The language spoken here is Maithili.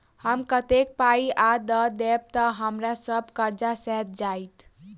हम कतेक पाई आ दऽ देब तऽ हम्मर सब कर्जा सैध जाइत?